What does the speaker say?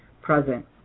present